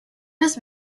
his